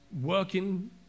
working